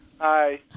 Hi